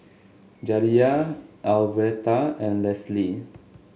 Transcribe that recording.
Jaliyah Alverta and Lesly